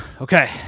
Okay